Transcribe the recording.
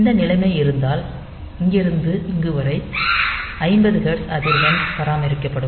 இந்த நிலைமை இருந்தால் இங்கிருந்து இங்கு வரை 50 ஹெர்ட்ஸ் அதிர்வெண் பராமரிக்கப்படும்